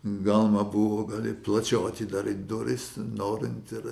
galima buvo gali plačiau atidaryti duris norint ir